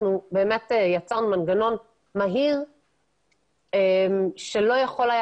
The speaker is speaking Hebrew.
אנחנו באמת יצרנו מנגנון מהיר שלא יכול היה